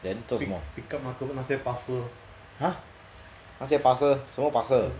then 做什么 !huh! 那些 parcel 什么 parcel